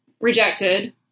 Rejected